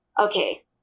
okay